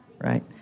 right